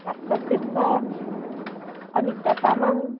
Lakpa Sherpa Anita Tamang